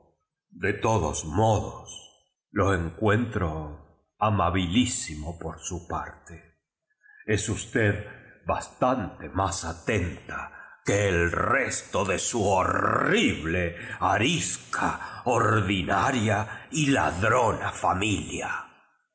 de todos modos lo encuentro amabilísimo por so parte es usted bastante mas atenta que el resto de su horrible arisca ordinaria y ladrona familia